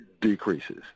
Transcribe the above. decreases